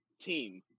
team